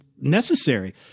necessary